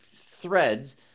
Threads